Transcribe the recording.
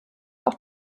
auch